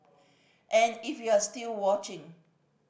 and if you're still watching